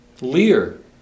Lear